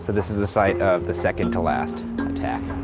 this is the site of the second to last attack.